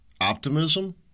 optimism